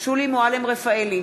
שולי מועלם-רפאלי,